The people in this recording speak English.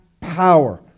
power